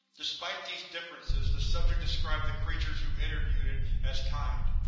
despite these differences, the subject described the creatures who interviewed it as kind.